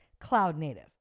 cloud-native